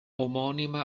omonima